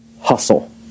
hustle